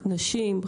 נשים,